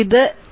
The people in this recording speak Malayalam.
25 ആണ്